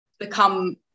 become